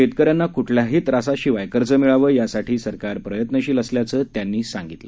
शेतकऱ्यांना कुठल्याही त्रासाशिवाय कर्ज मिळावं यासाठी सरकार प्रयत्नशील असल्याचं त्यांनी सांगितलं